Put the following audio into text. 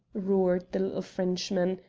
roared the little frenchman.